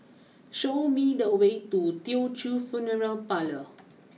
show me the way to Teochew Funeral Parlour